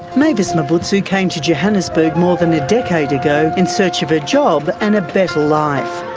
mavis mbutsu came to johannesburg more than a decade ago in search of a job and a better life.